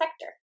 sector